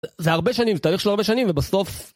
זה הרבה שנים, זה תהליך של הרבה שנים, ובסוף...